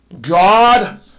God